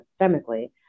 systemically